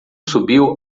subiu